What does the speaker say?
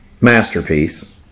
Masterpiece